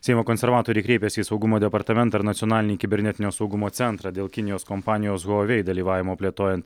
seimo konservatoriai kreipėsi į saugumo departamentą ir nacionalinį kibernetinio saugumo centrą dėl kinijos kompanijos huavei dalyvavimo plėtojan